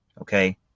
okay